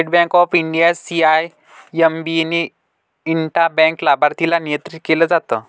state Bank of India, CIMB ने intra bank लाभार्थीला नियंत्रित केलं जात